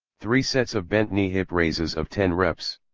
three sets of bent knee hip raises of ten reps.